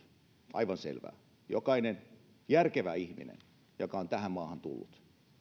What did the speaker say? aivan selvää jokainen järkevä ihminen joka on tähän maahan tullut